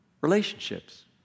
relationships